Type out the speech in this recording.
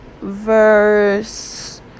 verse